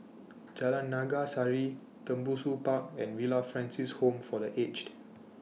Jalan Naga Sari Tembusu Park and Villa Francis Home For The Aged